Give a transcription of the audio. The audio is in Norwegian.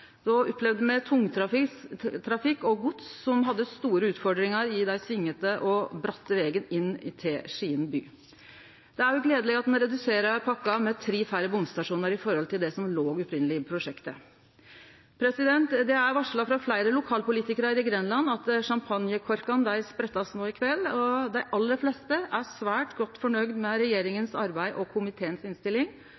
Då opplevde me tungtrafikk og gods med store utfordringar i den svingete og bratte vegen inn til Skien by. Det er òg gledeleg at ein reduserer pakka med tre færre bomstasjonar enn det som låg i det opphavlege prosjektet. Det er varsla av fleire lokalpolitikarar i Grenland at sjampanjekorkane skal sprettast i kveld. Dei aller fleste er svært godt fornøgde med arbeidet til regjeringa